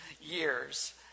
years